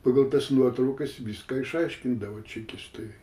pagal tas nuotraukas viską išaiškindavo čekistai